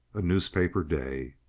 a newspaper day.